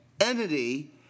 entity